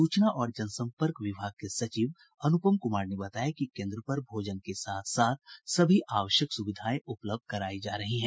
सूचना और जनसंपर्क विभाग के सचिव अनुपम कुमार ने बताया कि केन्द्र पर भोजन के साथ साथ सभी आवश्यक सुविधाएं उपलब्ध करायी जा रही है